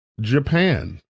Japan